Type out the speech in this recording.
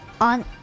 on